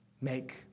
make